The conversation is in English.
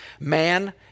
man